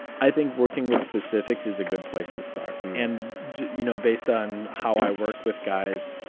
i think working with specifics is a good place to start. and, and you know, based on how i work with guys,